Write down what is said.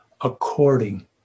according